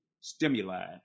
stimuli